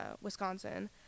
Wisconsin